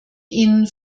ihnen